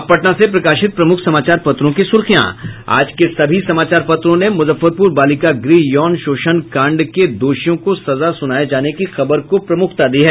अब पटना से प्रकाशित प्रमुख समाचार पत्रों की सुर्खियां आज के सभी समाचार पत्रों ने मुजफ्फरपुर बालिका गृह यौन शोषण कांड के दोषियों को सजा सुनाये जाने की खबर को प्रमुखता दी है